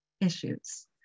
issues